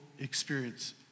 experience